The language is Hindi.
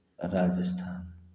राजस्थान